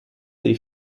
dei